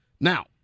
Now